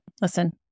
listen